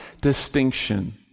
distinction